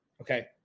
Okay